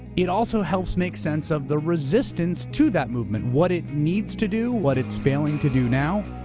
it also helps make sense of the resistance to that movement, what it needs to do, what it's failing to do now.